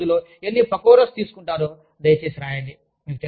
మీరు ఒక రోజులో ఎన్ని పకోరస్ తీసుకుంటారో దయచేసి రాయండి